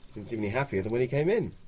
didn't seem any happier than when he came in,